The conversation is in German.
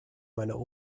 meiner